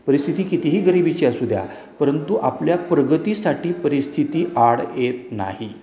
परिस्थिती कितीही गरिबीची असुद्या परंतु आपल्या प्रगतीसाठी परिस्थिती आड येत नाही